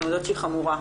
אנחנו יודעות שהיא חמורה.